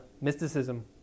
mysticism